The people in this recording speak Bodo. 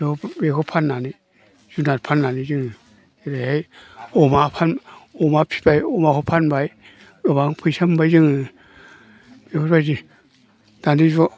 न'आव बेखौ फाननानै जुनाद फाननानै जोङो जेरैहाय अमा अमा फिबाय माखौ फानबाय गोबां फैसा मोनबाय जोङो बेफोरबायदि दानि जुगाव